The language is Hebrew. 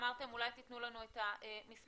אמרתם שאולי תתנו לנו את המספרים.